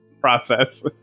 process